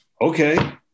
Okay